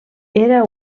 era